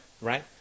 right